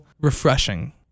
refreshing